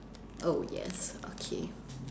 oh yes okay